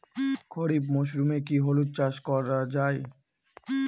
খরিফ মরশুমে কি হলুদ চাস করা য়ায়?